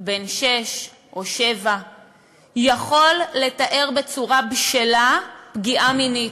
בן שש או שבע יכול לתאר בצורה בשלה פגיעה מינית?